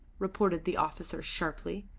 retorted the officer sharply.